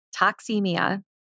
toxemia